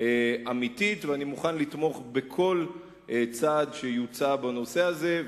אמיתית ואני מוכן לתמוך בכל צעד שיוצע בנושא הזה.